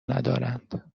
ندارند